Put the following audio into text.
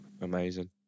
Amazing